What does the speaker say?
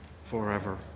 forever